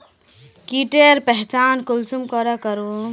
कीटेर पहचान कुंसम करे करूम?